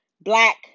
black